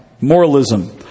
Moralism